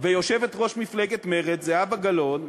ויושבת-ראש מפלגת מרצ זהבה גלאון,